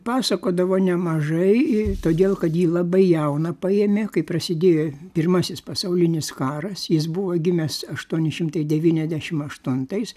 pasakodavo nemažai todėl kad jį labai jauną paėmė kai prasidėjo pirmasis pasaulinis karas jis buvo gimęs aštuoni šimtai devyniasdešim aštuntais